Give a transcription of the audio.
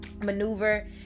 maneuver